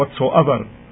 whatsoever